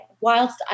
whilst